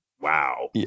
wow